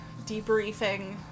debriefing